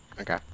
Okay